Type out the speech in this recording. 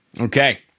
okay